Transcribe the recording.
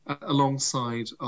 alongside